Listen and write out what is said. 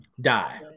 Die